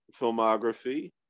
filmography